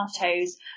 tomatoes